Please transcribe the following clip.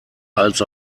als